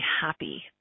happy